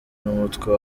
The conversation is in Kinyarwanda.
n’umutwe